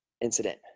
incident